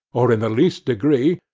or in the least degree,